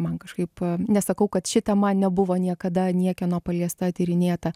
man kažkaip nesakau kad ši tema nebuvo niekada niekieno paliesta tyrinėta